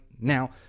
now